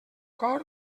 cor